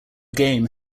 game